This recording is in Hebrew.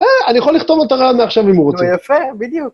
אה, אני יכול לכתוב לו את הרעיון מעכשיו אם הוא רוצה. יפה, בדיוק.